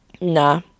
Nah